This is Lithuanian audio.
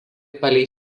palei